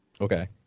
Okay